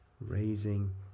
raising